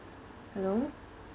hello